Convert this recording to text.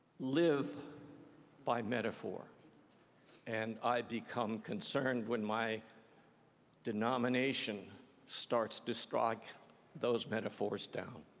live by metaphor and i become concerned when my denomination starts to strike those metaphors down.